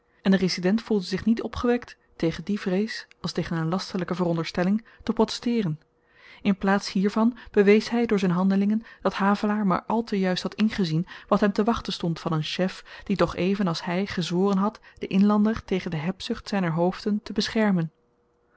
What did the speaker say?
en de resident voelde zich niet opgewekt tegen die vrees als tegen n lasterlyke veronderstelling te protesteeren in plaats hiervan bewees hy door z'n handelingen dat havelaar maar al te juist had ingezien wat hem te wachten stond van n chef die toch even als hy gezworen had den inlander tegen de hebzucht zyner hoofden te beschermen